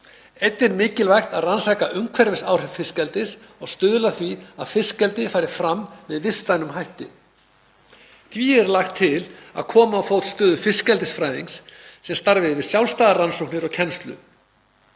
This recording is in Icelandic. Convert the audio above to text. er mikilvægt að rannsaka umhverfisáhrif fiskeldis og stuðla að því að fiskeldi fari fram með vistvænum hætti. Því er lagt til að koma á fót stöðu fiskeldisfræðings, sem starfi við sjálfstæðar rannsóknir og kennslu.